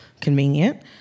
convenient